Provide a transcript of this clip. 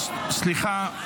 שקט,